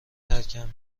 ترکم